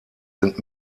sind